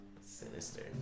Sinister